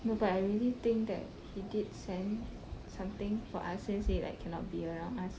no but I really think that he did send something for us since he like cannot be around us